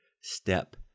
step